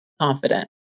confident